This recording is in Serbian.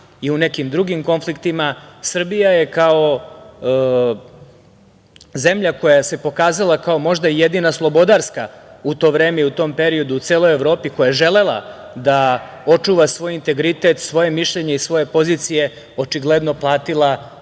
i u nekim drugim konfliktima. Srbija je kao zemlja koja se pokazala kao možda jedina slobodarska u to vreme i u tom periodu u celoj Evropi, koja je želela da očuva svoj integritet, svoje mišljenje i svoje pozicije, očigledno platila